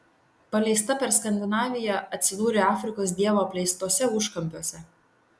paleista per skandinaviją atsidūrė afrikos dievo apleistuose užkampiuose